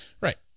Right